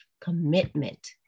commitment